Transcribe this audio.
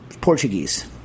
Portuguese